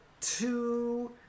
Two